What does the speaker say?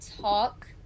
talk